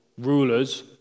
rulers